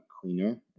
cleaner